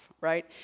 right